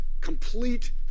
complete